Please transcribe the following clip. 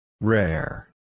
Rare